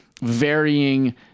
varying